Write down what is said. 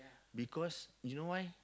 because you know why